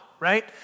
right